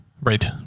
Right